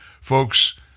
Folks